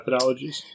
methodologies